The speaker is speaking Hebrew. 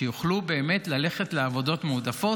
יוכלו ללכת לעבודות מועדפות,